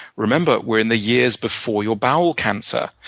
remember, we're in the years before your bowel cancer.